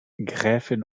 gräfin